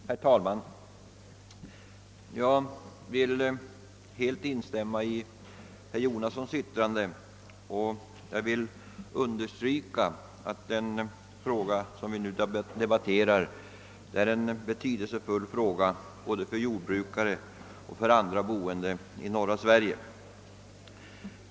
Herr talman! Jag vill helt instämma i herr Jonassons anförande och understryka att den fråga som vi nu debatterar är betydelsefull både för jordbrukare och för andra som lever i norra Sverige.